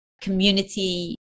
community